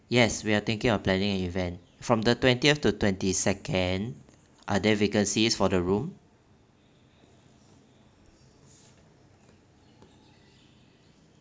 yes we're thinking of planning an events from the twentieth to twenty second are there vacancies for the room